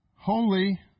Holy